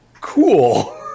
cool